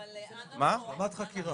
בקיצור, אנחנו